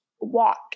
walk